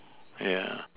yeah